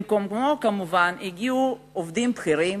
במקומם הגיעו כמובן עובדים בכירים,